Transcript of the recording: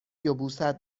یبوست